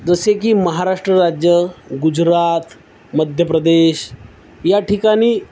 जसे की महाराष्ट्र राज्य गुजरात मध्य प्रदेश या ठिकाणी